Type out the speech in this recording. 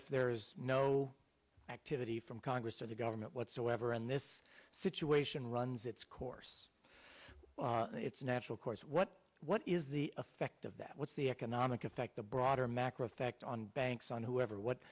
if there is no activity from congress or the government whatsoever and this situation runs its course its natural course what what is the effect of that what's the economic effect the broader macro effect on banks on whoever what